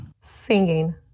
Singing